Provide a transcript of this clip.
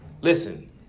listen